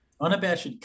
Unabashed